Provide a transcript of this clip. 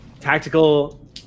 tactical